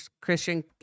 Christian